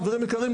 חברים יקרים,